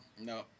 no